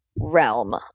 realm